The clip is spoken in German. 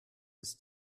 des